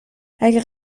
اگر